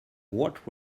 what